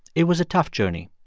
it was a tough journey.